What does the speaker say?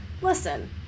listen